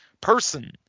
person